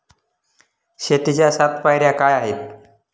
शेतीच्या सात पायऱ्या काय आहेत?